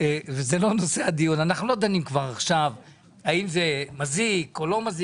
אנחנו לא דנים עכשיו בשאלה האם זה מזיק או לא.